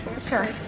Sure